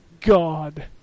God